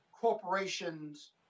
corporations